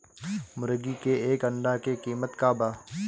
मुर्गी के एक अंडा के कीमत का बा?